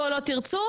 שהמדינה תעשה.